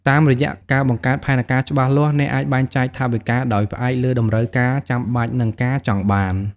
តាមរយៈការបង្កើតផែនការច្បាស់លាស់ អ្នកអាចបែងចែកថវិកាដោយផ្អែកលើតម្រូវការចាំបាច់ និងការចង់បាន។